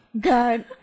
God